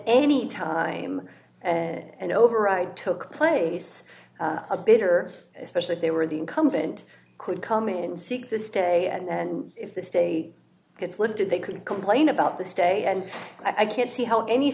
any time and override took place a bitter especially if they were the incumbent could come in and seek the stay and if the state gets lifted they could complain about the stay and i can't see how any